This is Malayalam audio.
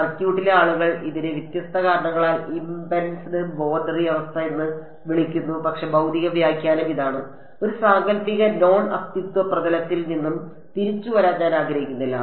സർക്യൂട്ടിലെ ആളുകൾ ഇതിനെ വ്യത്യസ്ത കാരണങ്ങളാൽ ഇംപെഡൻസ് ബോർഡറി അവസ്ഥ എന്ന് വിളിക്കുന്നു പക്ഷേ ഭൌതിക വ്യാഖ്യാനം ഇതാണ് ഒരു സാങ്കൽപ്പിക നോൺ അസ്തിത്വ പ്രതലത്തിൽ നിന്ന് തിരിച്ചുവരാൻ ഞാൻ ആഗ്രഹിക്കുന്നില്ല